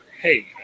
Hey